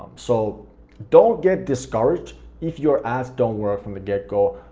so don't get discouraged if your ads don't work from the get-go,